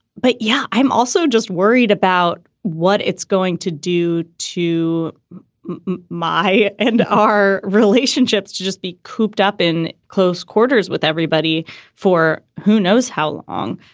but yeah, i'm also just worried about what it's going to do to my and our relationships to just be cooped up in close quarters with everybody for who knows how long.